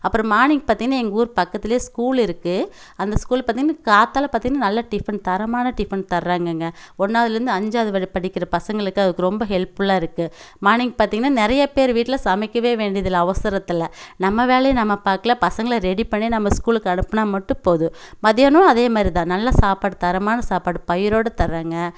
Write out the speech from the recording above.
அப்புறம் மார்னிங் பார்த்தீங்கன்னா எங்கூர் பக்கத்தில் ஸ்கூல் இருக்குது அந்த ஸ்கூல் பார்த்தீங்கன்னா காத்தால பார்த்தீங்கன்னா நல்ல டிஃபன் தரமான டிஃபன் தர்றாங்கங்க ஒன்னாவுதுலேந்து அஞ்சாவது வர படிக்கிற பசங்களுக்கு அதுக்கு ரொம்ப ஹெல்ப்புல்லாக இருக்குது மார்னிங் பார்த்தீங்கன்னா நிறைய பேர் வீட்டில் சமைக்கவே வேண்டியதில்லை அவசரத்தில் நம்ம வேலையை நம்ம பார்க்லாம் பசங்களை ரெடி பண்ணி நம்ம ஸ்கூலுக்கு அனுப்புனா மட்டும் போதும் மதியானம் அதேமாதிரி தான் நல்ல சாப்பாடு தரமான சாப்பாடு பயிரோடு தர்றாங்க